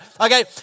okay